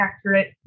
accurate